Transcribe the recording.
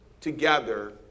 together